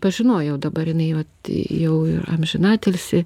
pažinojau dabar jinai vat jau ir amžinatilsį